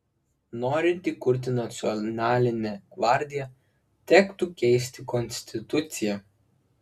norint įkurti nacionalinę gvardiją tektų keisti konstituciją